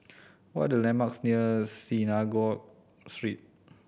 what are the landmarks near Synagogue Street